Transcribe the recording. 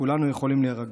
כולנו יכולים להירגע.